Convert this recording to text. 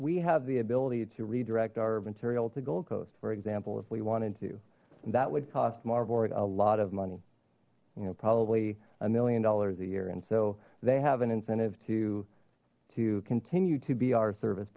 we have the ability to redirect our material to gold coast for example if we wanted to that would cost marburg a lot of money you know probably a million dollars a year and so they have an incentive to to continue to be our service